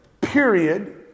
period